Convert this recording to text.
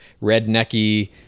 rednecky